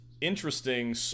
interesting